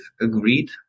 agreed